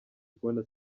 kubona